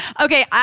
Okay